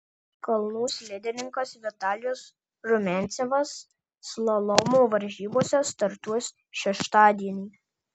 kalnų slidininkas vitalijus rumiancevas slalomo varžybose startuos šeštadienį